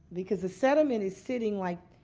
because the sediment is sitting like